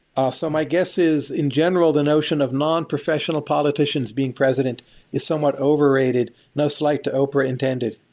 ah so my guess is, in general, the notion of nonprofessional politicians being president is somewhat overrated. no slight to oprah intended.